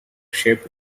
shaped